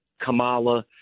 Kamala